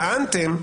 טענתם,